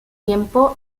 tiempo